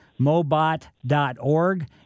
mobot.org